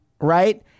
right